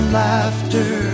laughter